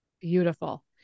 Beautiful